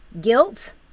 guilt